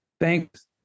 Thanks